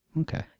Okay